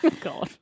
God